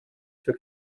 für